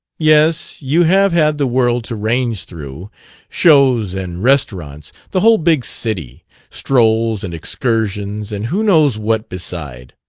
yes, you have had the world to range through shows and restaurants the whole big city strolls and excursions, and who knows what beside.